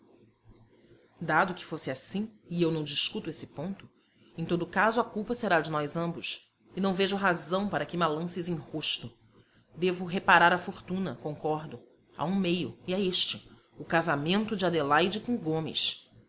dado que fosse assim e eu não discuto esse ponto em todo caso a culpa será de nós ambos e não vejo razão para que ma lances em rosto devo reparar a fortuna concordo há um meio e é este o casamento de adelaide com o gomes